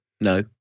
no